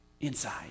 inside